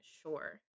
sure